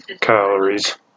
calories